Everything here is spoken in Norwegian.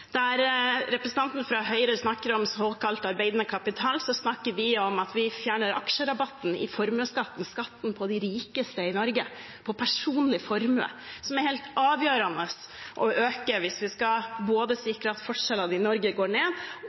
Der representanten fra Høyre snakker om såkalt arbeidende kapital, snakker vi om at vi fjerner aksjerabatten i formuesskatten, skatten for de rikeste i Norge på personlig formue, som er helt avgjørende å øke hvis vi skal sikre både at forskjellene går ned,